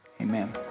amen